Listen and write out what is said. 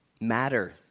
matter